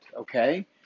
okay